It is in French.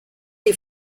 les